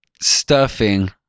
stuffing